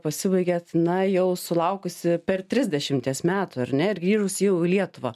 pasibaigėt na jau sulaukusi per trisdešimties metų ar ne ir grįžus jau į lietuvą